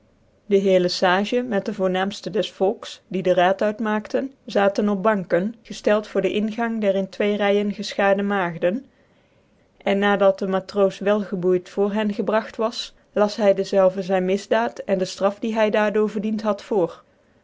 dc heer le sage met de voornaamftc des volks neger volks die den raad uitmaakte zaten op banken gcftcld voor den ingang der in twee ryen gefchaarde maagden cn nadat de matroos wel geboeyd voor hem gebragt was las hy dezelve zyn misdaad cn de ftraf die hy daar door verdiend had voor